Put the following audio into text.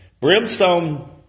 Brimstone